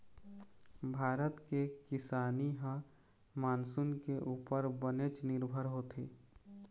भारत के किसानी ह मानसून के उप्पर बनेच निरभर होथे